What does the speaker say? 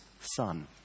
son